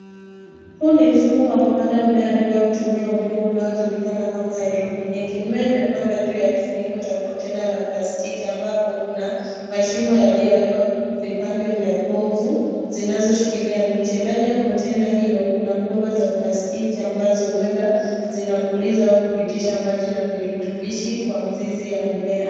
Huu ni mfumo wa kupanda mimea bila kutumia udongo unaojulikana kama haidroponiki. Mimea imepandwa juu ya kifuniko cha [sc]container la plastiki ambapo kuna mashimo yaliyowekwa vipande vya povu zinazoshikilia miche. Ndani ya container hilo kuna bomba za plastiki ambazo huenda zinapuliza au kupitisha maji na virutubishi kwa mizizi ya mimea.